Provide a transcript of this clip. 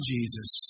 Jesus